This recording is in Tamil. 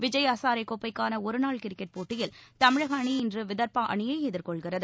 விஜய் ஹாசாரே கோப்பைக்கான ஒருநாள் கிரிக்கெட் போட்டியில் தமிழக அணி இன்று வித்பா அணியை எதிர்கொள்கிறது